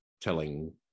telling